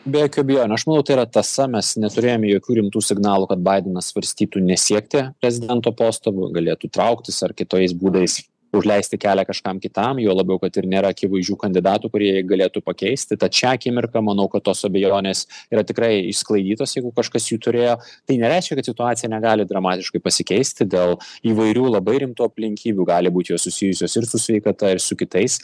be jokių abejonių aš manau tai yra tąsa mes neturėjome jokių rimtų signalų kad baidenas svarstytų nesiekti prezidento posto galėtų trauktis ar kitokiais būdais užleisti kelią kažkam kitam juo labiau kad ir nėra akivaizdžių kandidatų kurie jį galėtų pakeisti tad šią akimirką manau kad tos abejonės yra tikrai išsklaidytos jeigu kažkas jų turėjo tai nereiškia kad situacija negali dramatiškai pasikeisti dėl įvairių labai rimtų aplinkybių gali būt jos susijusios ir su sveikata ir su kitais